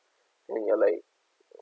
and you're like